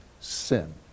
sin